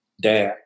dad